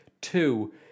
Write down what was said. Two